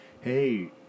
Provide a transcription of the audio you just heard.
hey